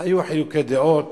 היו חילוקי דעות